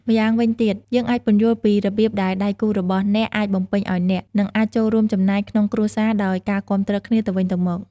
ម្យ៉ាងវិញទៀត យើងអាចពន្យល់ពីរបៀបដែលដៃគូរបស់អ្នកអាចបំពេញឱ្យអ្នក និងអាចចូលរួមចំណែកក្នុងគ្រួសារដោយការគាំទ្រគ្នាទៅវិញទៅមក។